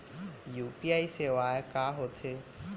UPI सेवाएं का होथे?